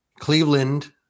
Cleveland